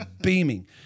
beaming